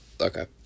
Okay